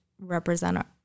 represent